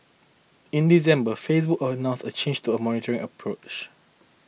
in December Facebook announced a change to a monitoring approach